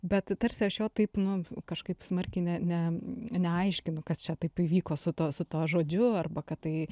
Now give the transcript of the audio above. bet tarsi aš jo taip nu kažkaip smarkiai ne ne neaiškinu kas čia taip įvyko su tuo su tuo žodžiu arba kad tai